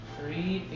Three